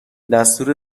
دستور